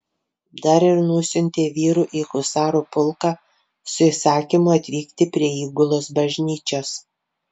dar ir nusiuntė vyrų į husarų pulką su įsakymu atvykti prie įgulos bažnyčios